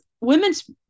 women's